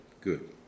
Good